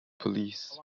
police